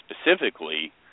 specifically